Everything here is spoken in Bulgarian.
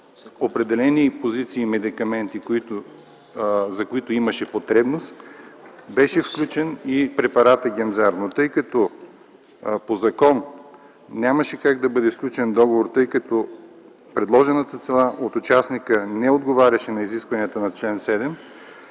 определени позиции медикаменти, за които имаше потребност, беше включен и препаратът Гемзар. Тъй като закон нямаше как да бъде сключен договор, защото предложената цена от участника не отговаряше на изискванията на чл. 7,